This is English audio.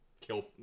kill